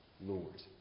Lord